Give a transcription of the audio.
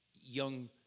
young